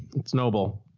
it's noble.